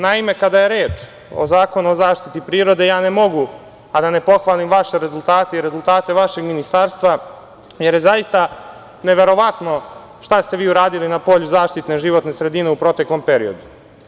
Naime, kada je reč o Zakonu o zaštiti prirode, ne mogu a da ne pohvalim vaše rezultate i rezultate vašeg ministarstva, jer je zaista neverovatno šta ste vi uradili na polju zaštite životne sredine u proteklom periodu.